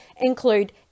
include